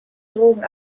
drogen